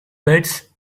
beds